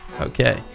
okay